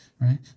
Right